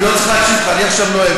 אני לא צריך להקשיב לך, אני עכשיו נואם.